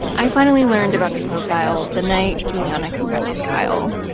i finally learned about the profile the night juliana confronted kyle.